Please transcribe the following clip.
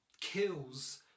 kills